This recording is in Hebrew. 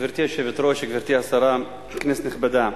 גברתי היושבת-ראש, גברתי השרה, כנסת נכבדה,